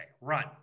Run